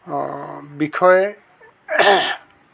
বিষয়ে